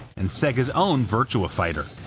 and sega's own virtua fighter.